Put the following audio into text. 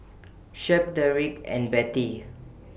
Shep Dedrick and Bettie